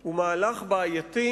הוא מהלך בעייתי,